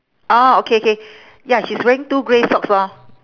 orh okay okay ya he's wearing two grey socks lor